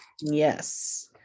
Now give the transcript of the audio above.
Yes